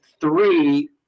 three